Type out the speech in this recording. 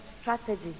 strategy